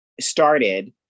started